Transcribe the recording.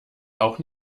auch